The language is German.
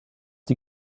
die